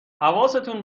حواستون